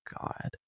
God